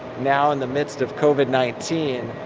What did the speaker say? now in the midst of covid nineteen,